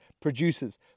producers